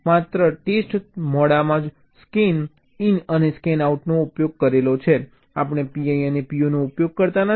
માત્ર ટેસ્ટ મોડમાં જ હું સ્કેનઈન અને સ્કેનઆઉટનો ઉપયોગ કરું છું આપણે PI અને PO નો ઉપયોગ કરતા નથી